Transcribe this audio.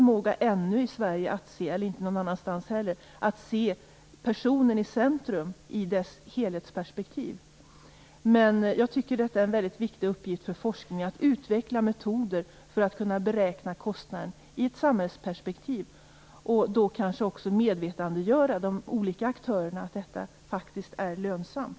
Vi har ännu inte förmågan i Sverige och inte någon annanstans heller att se personen i centrum i dess helhetsperspektiv. Men en viktig uppgift för forskningen är att utveckla metoder för att kunna beräkna kostnaden i ett samhällsperspektiv och då kanske också medvetandegöra de olika aktörerna om att detta faktiskt är lönsamt.